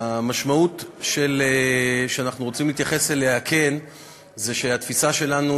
המשמעות שאנחנו כן רוצים להתייחס אליה היא שהתפיסה שלנו,